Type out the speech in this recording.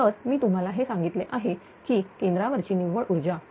तर मी तुम्हाला हे सांगितले आहे की केंद्रावरची निव्वळ ऊर्जा